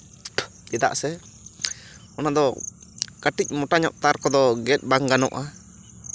ᱪᱮᱫᱟᱜ ᱥᱮ ᱚᱱᱟᱫᱚ ᱠᱟᱹᱴᱤᱡ ᱢᱳᱴᱟ ᱧᱚᱜ ᱛᱟᱨ ᱠᱚᱫᱚ ᱜᱮᱛ ᱵᱟᱝ ᱜᱟᱱᱚᱜᱼᱟ